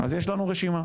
אז יש לנו רשימה,